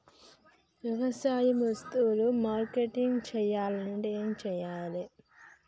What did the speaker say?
వ్యవసాయ వస్తువులు మార్కెటింగ్ చెయ్యాలంటే ఏం చెయ్యాలే?